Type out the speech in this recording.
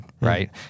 right